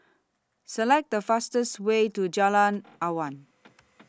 Select The fastest Way to Jalan Awan